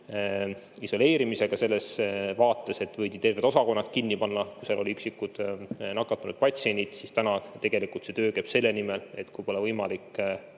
eriisoleerimisega selles vaates, et võidi terved osakonnad kinni panna, kui seal olid üksikud nakatunud patsiendid, siis nüüd käib töö tegelikult selle nimel, et kui pole võimalik